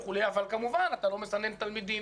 אבל כמובן שאתה לא מסנן תלמידים,